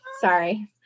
Sorry